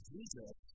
Jesus